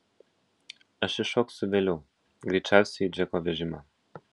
aš įšoksiu vėliau greičiausiai į džeko vežimą